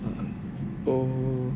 oh